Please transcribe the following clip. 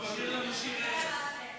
תשיר לנו שיר ערש,